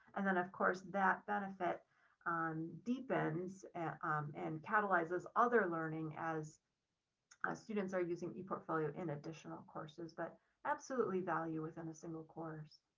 and then, of course, that benefit deepens and catalyzes other learning as students are using eportfolio in additional courses, but absolutely value within a single course.